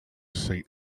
saint